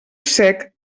sec